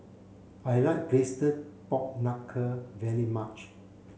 I like Braised Pork Knuckle very much